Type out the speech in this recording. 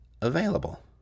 available